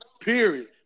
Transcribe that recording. Period